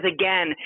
again